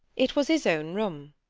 it was his own room.